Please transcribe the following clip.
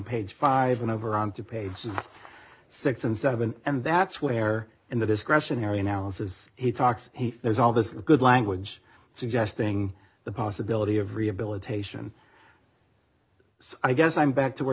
page five and over on two pages six and seven and that's where in the discretionary analysis he talks he there's all this good language suggesting the possibility of rehabilitation so i guess i'm back to where